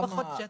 פחות שטח.